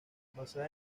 basada